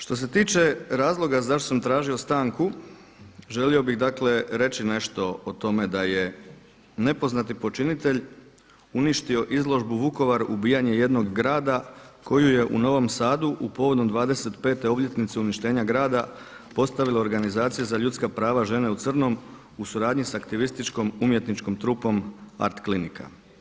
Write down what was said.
Što se tiče razloga zašto sam tražio stanku želio bih dakle reći nešto o tome da je nepoznati počinitelj uništio izložbu Vukovar, Ubijanje jednog grada, koju je u Novom Sadu povodom 25. obljetnice uništenja grada postavila organizacija za ljudska prava Žene u crnom u suradnji s aktivističkom umjetničkom trupom Artklinika.